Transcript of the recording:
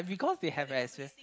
because they have experience